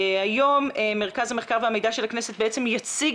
היום מרכז המחקר והמידע של הכנסת יציג